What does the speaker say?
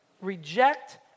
Reject